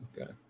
Okay